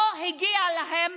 לא הגיעו להם